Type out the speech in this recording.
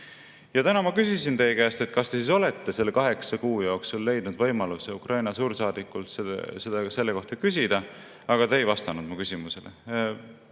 Täna ma küsisin teie käest, kas te olete selle kaheksa kuu jooksul leidnud võimaluse Ukraina suursaadikult selle kohta küsida, aga te ei vastanud mu küsimusele.